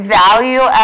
value